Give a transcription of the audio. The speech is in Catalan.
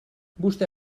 vostè